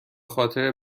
خاطر